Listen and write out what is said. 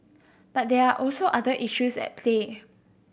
but there are also other issues at play